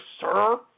sir